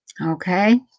Okay